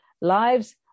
lives